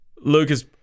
Lucas